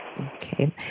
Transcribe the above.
Okay